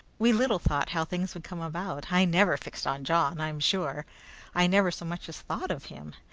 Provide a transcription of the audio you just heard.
we little thought how things would come about. i never fixed on john, i'm sure i never so much as thought of him.